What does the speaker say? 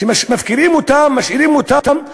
שמפקירים אותן, משאירים אותן.